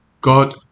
God